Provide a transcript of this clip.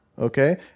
okay